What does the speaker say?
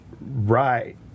right